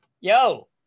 yo